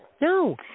No